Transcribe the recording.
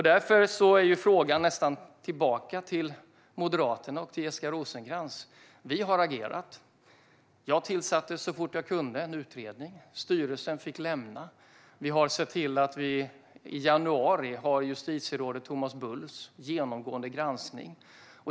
Därför går frågan nästan tillbaka till Moderaterna och Jessica Rosencrantz. Vi har agerat. Jag tillsatte så fort jag kunde en utredning. Styrelsen fick lämna. Vi har sett till att vi i januari ska ha justitierådet Thomas Bulls genomgående granskning.